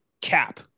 cap